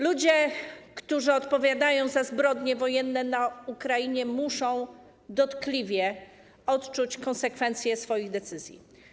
Ludzie, którzy odpowiadają za zbrodnie wojenne w Ukrainie, muszą dotkliwie odczuć konsekwencje swoich decyzji.